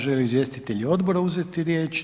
Žele li izvjestitelji odbora uzeti riječ?